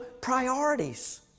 priorities